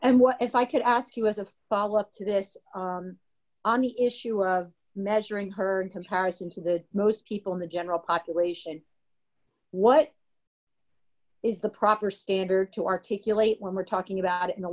what if i could ask you as a follow up to this on the issue of measuring her comparison to the most people in the general population what is the proper standard to articulate when we're talking about i